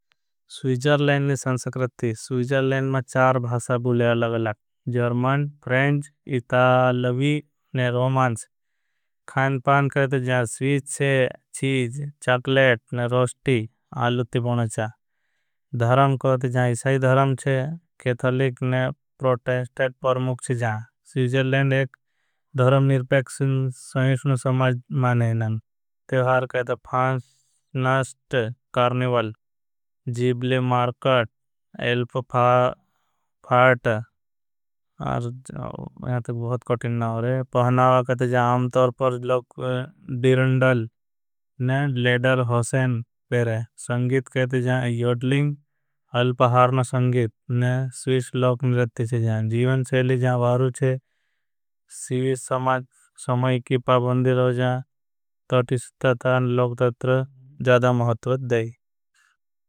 स्वीजरलेंड नी संस्कृति स्वीजरलेंड में चार भासा बुले। अलग अलग प्रेंज इतालवी ने। रोमान्स कहते स्वीज, चीज, चाकलेट, रोस्टी। आलुति बुनचा कहते हैं जा इशाई धरम केथलिक। प्रोटेंस्ट परमुक्ष एक धरम निर्पेक्षिन सहीशन समाज। माने हैं कहते हैं फांस। नास्ट कार्निवाल मारकट, एलप। फाट कहते हैं अम्तवर्पर्ज, डिरंडल, लेडर, होसेन पहरे। संगीत कहते हैं, योटलिंग, अलपहार न संगीत जीवन। सेली स्वीजरलेंड समाज समाज कीपा बंदे रहो। सुत्ता था लोगता था ज़्यादा महत्वत दाई।